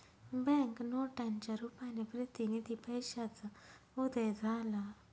bank नोटांच्या रुपाने प्रतिनिधी पैशाचा उदय झाला